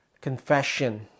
confession